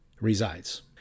resides